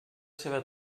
seua